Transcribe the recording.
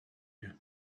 you